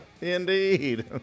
indeed